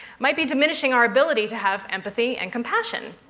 might be diminishing our ability to have empathy and compassion.